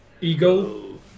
Eagle